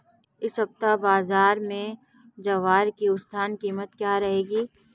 इस सप्ताह बाज़ार में ज्वार की औसतन कीमत क्या रहेगी?